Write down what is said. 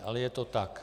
Ale je to tak.